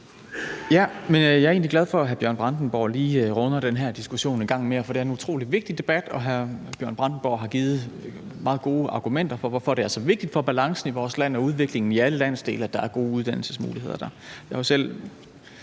egentlig glad for, at hr. Bjørn Brandenborg lige runder den diskussion en gang mere, for det er en utrolig vigtig debat, og hr. Bjørn Brandenborg har givet meget gode argumenter for, hvorfor det er så vigtigt for balancen i vores land og udviklingen i alle landsdele, at der er gode uddannelsesmuligheder.